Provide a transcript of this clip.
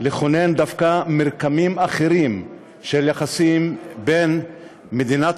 לכונן דווקא מרקמים אחרים של יחסים בין מדינת